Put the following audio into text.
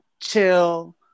chill